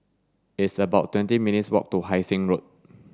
it's about twenty minutes' walk to Hai Sing Road